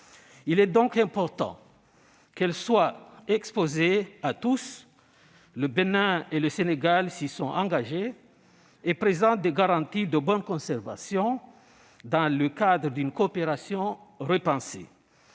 Il est donc important qu'elles soient exposées à tous- le Bénin et le Sénégal s'y sont engagés -et présentent des garanties de bonne conservation, dans le cadre d'une coopération repensée.